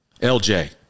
LJ